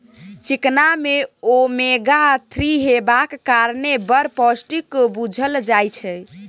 चिकना मे omega three हेबाक कारणेँ बड़ पौष्टिक बुझल जाइ छै